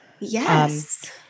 Yes